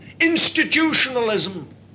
institutionalism